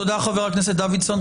תודה חבר הכנסת דוידסון.